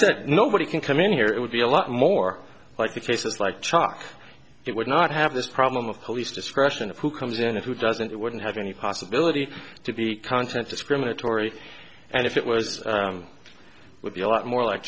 said nobody can come in here it would be a lot more like the cases like chalk it would not have this problem of police discretion of who comes in and who doesn't it wouldn't have any possibility to be content discriminatory and if it was it would be a lot more like